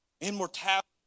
immortality